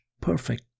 perfect